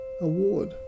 Award